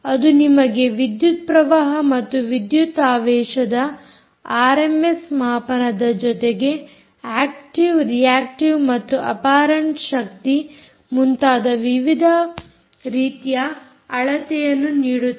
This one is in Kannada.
ಅದು ನಿಮಗೆ ವಿದ್ಯುತ್ ಪ್ರವಾಹ ಮತ್ತು ವಿದ್ಯುತ್ ಆವೇಶದ ಆರ್ಎಮ್ಎಸ್ ಮಾಪನದ ಜೊತೆಗೆ ಆಕ್ಟಿವ್ ರಿಯಾಕ್ಟಿವ್ ಮತ್ತು ಅಪರೆಂಟ್ ಶಕ್ತಿ ಮುಂತಾದ ವಿವಿಧ ರೀತಿಯ ಅಳತೆಯನ್ನು ನೀಡುತ್ತದೆ